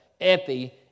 epi